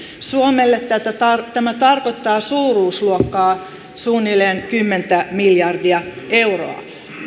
suomelle tämä tarkoittaa suuruusluokkaa suunnilleen kymmenen miljardia euroa